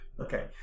okay